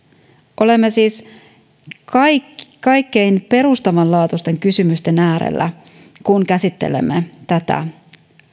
olemme siis kaikkein perustavanlaatuisimpien kysymysten äärellä kun käsittelemme tätä